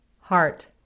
Heart